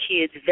kids